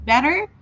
Better